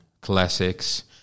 classics